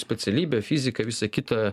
specialybė fizika visa kita